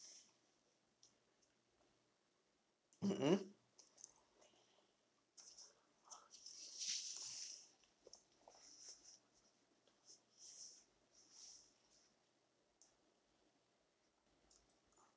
mmhmm